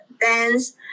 dance